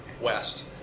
West